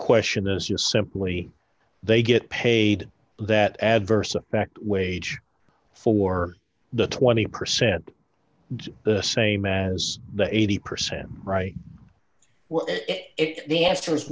question is just simply they get paid that adverse effect wage for the twenty percent the same as the eighty percent right well if the answer